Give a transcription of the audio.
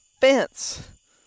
fence